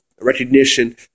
recognition